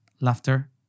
Laughter